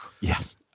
Yes